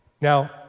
Now